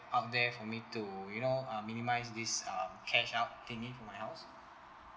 out there for me to you know um minimise this um cash out thingy for my house